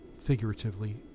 figuratively